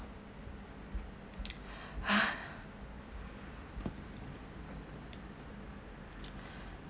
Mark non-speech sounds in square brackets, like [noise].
[breath]